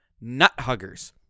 nut-huggers